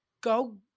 go